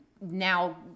now